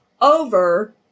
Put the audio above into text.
over